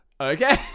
Okay